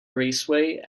raceway